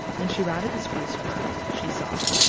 when she rounded the spruce curve she saw.